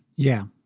yeah.